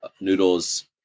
noodles